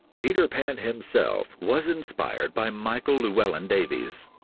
peter pan himself was inspired by michael llewelyn davies.